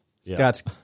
Scott's